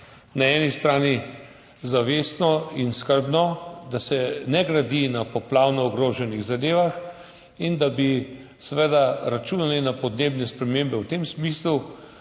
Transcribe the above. na eni strani zavestno in skrbno, da se ne gradi na poplavno ogroženih zadevah in da bi seveda računali na podnebne spremembe v tem smislu,